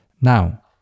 Now